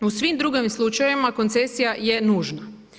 U svim drugim slučajevima koncesija je nužna.